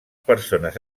persones